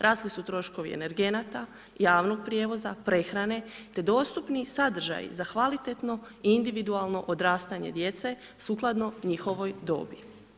Rasli su troškovi energenata, javnog prijevoza, prehrane te dostupni sadržaji za kvalitetno i individualno odrastanje djece sukladno njihovoj dobi.